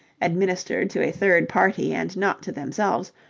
administered to a third party and not to themselves,